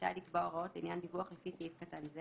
רשאי לקבוע הוראות לעניין דיווח לפי סעיף קטן זה